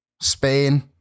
Spain